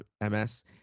MS